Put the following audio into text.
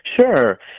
Sure